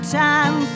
time